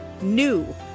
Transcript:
NEW